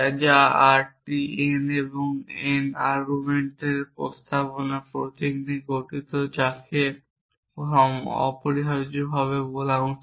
তা arity n এবং n আর্গুমেন্টের প্রস্তাবনা প্রতীক নিয়ে গঠিত যাকে অপরিহার্যভাবে বলা উচিত